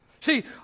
See